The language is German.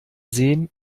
sehen